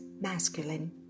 masculine